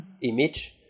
image